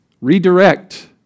Redirect